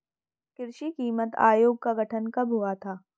कृषि कीमत आयोग का गठन कब हुआ था?